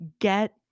get